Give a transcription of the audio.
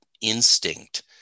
instinct